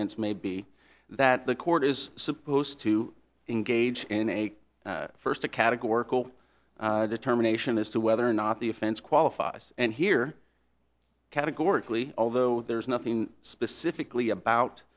offense may be that the court is supposed to engage in a first a categorical determination as to whether or not the offense qualifies and here categorically although there's nothing specifically about